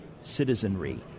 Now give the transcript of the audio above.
citizenry